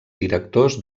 directors